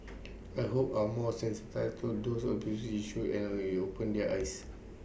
I hope are more sensitised to these abuse issues and that it's opened their eyes